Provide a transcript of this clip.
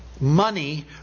money